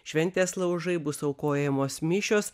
šventės laužai bus aukojamos mišios